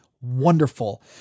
wonderful